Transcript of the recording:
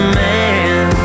man